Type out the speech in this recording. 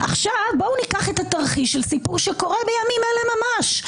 בואו ניקח את התרחיש של סיפור שקורה בימים אלה ממש.